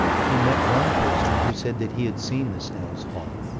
he met one person who said that he had seen the snails fall.